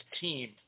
team